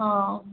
ହଁ